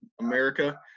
America